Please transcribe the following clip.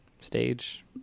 Stage